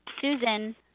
Susan